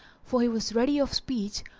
for he was ready of speech,